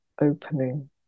opening